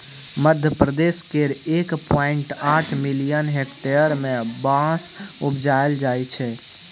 मध्यप्रदेश केर एक पॉइंट आठ मिलियन हेक्टेयर मे बाँस उपजाएल जाइ छै